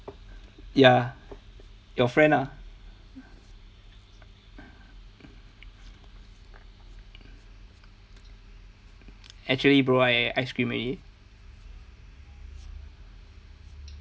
ya your friend lah actually bro I ice cream already